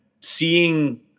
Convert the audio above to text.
seeing